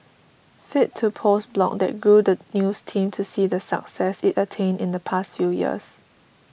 fit to post blog that grew the news team to see the success it attained in the past few years